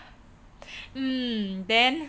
mm then